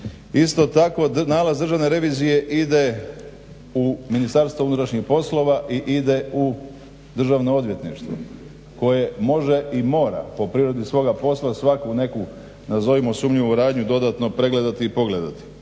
Isto tako nalaz Državne revizije ide u MUP i ide u Državno odvjetništvo koje može i mora po prirodi svoga posla svaku nazovimo sumnjivu radnju dodatno pregledati i pogledati,